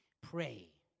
Pray